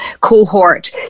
cohort